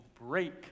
break